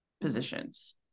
positions